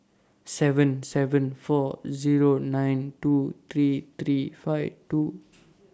seven seven four Zero nine two three three five two